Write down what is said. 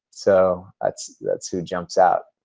so that's that's who jumps out.